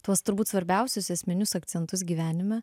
tuos turbūt svarbiausius esminius akcentus gyvenime